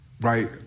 right